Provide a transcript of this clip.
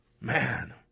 Man